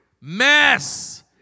mess